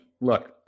Look